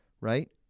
right